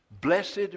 Blessed